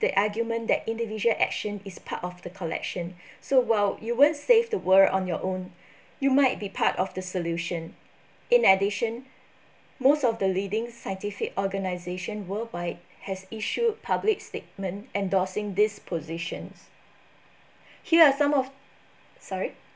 the argument that individual action is part of the collection so while you won't save the world on your own you might be part of the solution in addition most of the leading scientific organization worldwide has issued public statement endorsing these positions here are some of sorry